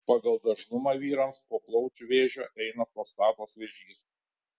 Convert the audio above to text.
pagal dažnumą vyrams po plaučių vėžio eina prostatos vėžys